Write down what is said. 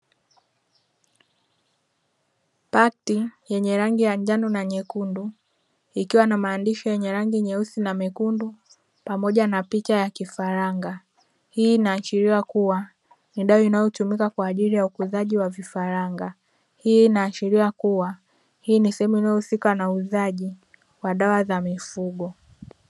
Pakti yenye rangi ya njano na nyekundu ikiwa na maandishi yenye rangi nyeusi na mekundu pamoja na picha ya kifaranga. Hii inaashiria kuwa ni dawa inayotumika kwa ajili ya ukuzaji wa vifaranga, hii inaashiria kuwa hii ni sehemu inayohusika na uuzaji wa dawa za mifugo.